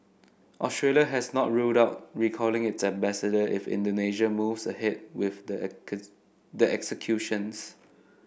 Australia has not ruled out recalling its ambassador if Indonesia moves ahead with the the executions